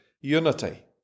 unity